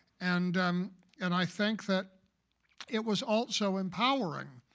and um and i thank that it was also empowering.